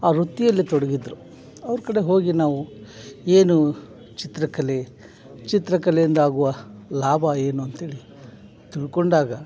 ಆ ವೃತ್ತಿಯಲ್ಲಿ ತೊಡಗಿದ್ದರು ಅವ್ರ ಕಡೆ ಹೋಗಿ ನಾವು ಏನು ಚಿತ್ರಕಲೆ ಚಿತ್ರಕಲೆಯಿಂದಾಗುವ ಲಾಭ ಏನು ಅಂತ ಹೇಳಿ ತಿಳ್ಕೊಂಡಾಗ